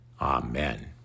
Amen